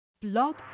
Blog